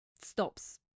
stops